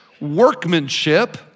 workmanship